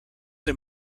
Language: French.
des